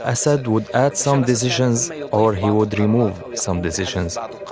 assad would add some decisions, or he would remove some decisions. um